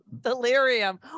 Delirium